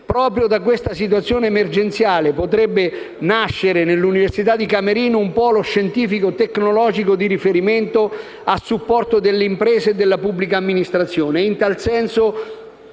Proprio da questa situazione emergenziale potrebbe nascere dall'università di Camerino un polo scientifico-tecnologico di riferimento a supporto delle imprese e della pubblica amministrazione.